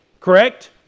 correct